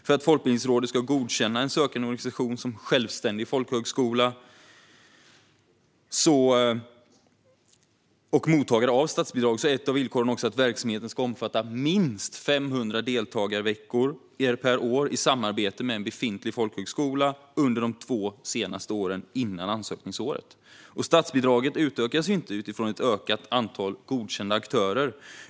För att Folkbildningsrådet ska godkänna en sökande organisation som självständig folkhögskola och mottagare av statsbidrag är ett av villkoren att verksamheten ska omfatta minst 500 deltagarveckor per år i samarbete med en befintlig folkhögskola under de två senaste åren före ansökningsåret. Statsbidraget ökas inte när det blir ett ökat antal godkända aktörer.